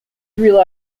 rely